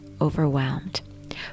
overwhelmed